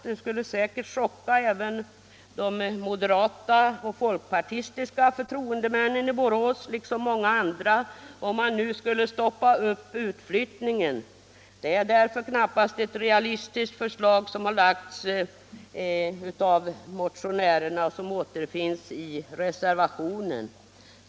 Det skulle säkerligen chocka även de moderata och folkpartistiska förtroendemännen i Borås liksom många andra om man nu skulle stoppa utflyttningen. Det är därför knappast ett realistiskt förslag som motionärerna har framfört och som återfinns i reservationen.